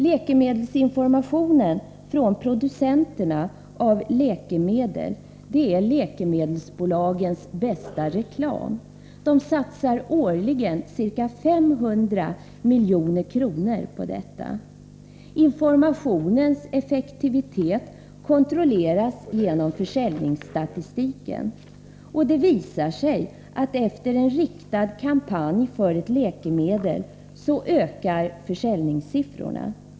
Läkemedelsinformationen från producenterna av läkemedel är läkemedelsbolagens bästa reklam. Dessa satsar årligen ca 500 milj.kr. på detta. Informationens effektivitet kontrolleras genom försäljningsstatistiken, och det visar sig att efter en riktad kampanj för ett läkemedel ökar försäljningssiffrorna.